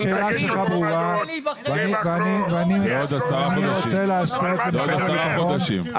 השאלה שלך זכאי ברורה ואני רוצה לקבל תשובה